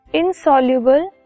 insoluble